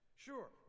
Sure